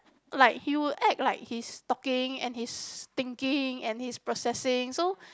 like he would act like he's talking and he's thinking and he's processing so